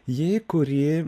jį kuri